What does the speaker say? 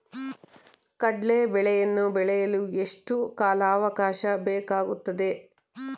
ಕಡ್ಲೆ ಬೇಳೆಯನ್ನು ಬೆಳೆಯಲು ಎಷ್ಟು ಕಾಲಾವಾಕಾಶ ಬೇಕಾಗುತ್ತದೆ?